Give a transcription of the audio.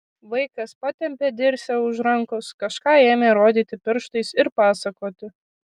vaikas patempė dirsę už rankos kažką ėmė rodyti pirštais ir pasakoti